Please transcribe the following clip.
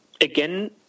again